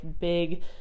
big